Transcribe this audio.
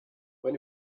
when